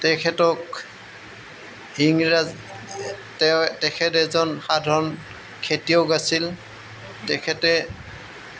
তেখেতক ইংৰাজ তে তেখেত এজন সাধাৰণ খেতিয়ক আছিল তেখেতে